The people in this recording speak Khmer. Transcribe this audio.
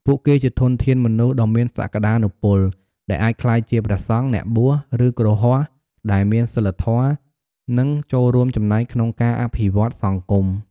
ពួកគេជាធនធានមនុស្សដ៏មានសក្ដានុពល ដែលអាចក្លាយជាព្រះសង្ឃ អ្នកបួស ឬគ្រហស្ថដែលមានសីលធម៌ និងចូលរួមចំណែកក្នុងការអភិវឌ្ឍសង្គម។